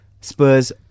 Spurs